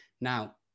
now